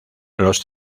los